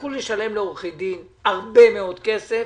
יצטרכו לשלם לעורכי דין הרבה מאוד כסף,